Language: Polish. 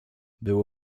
było